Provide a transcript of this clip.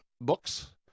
books